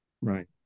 right